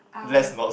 I won't